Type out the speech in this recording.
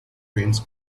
friends